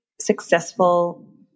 successful